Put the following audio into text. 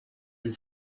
and